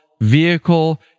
vehicle